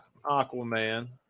Aquaman